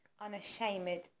unashamed